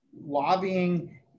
lobbying